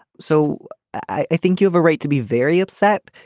so i think you have a right to be very upset.